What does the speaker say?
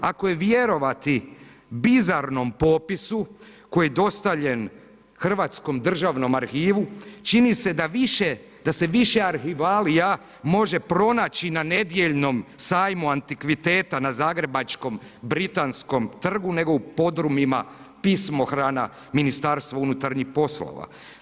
Ako je vjerovati bizarnom popisu koji je dostavljen Hrvatskom državnom arhivu, čini se da se više arhivalija može pronaći na nedjeljom sajmu antikviteta na zagrebačkom Britanskom trgu nego u podrumima pismohrana Ministarstva unutarnjih poslova.